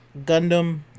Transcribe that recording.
Gundam